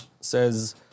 says